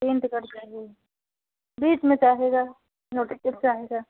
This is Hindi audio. तीन तो कट जाएँगी बीच में चाहेगा नौ टिकट चाहेगा